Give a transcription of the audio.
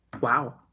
Wow